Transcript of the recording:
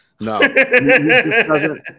No